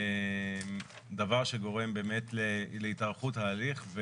וזה דבר שגורם להתארכות ההליך,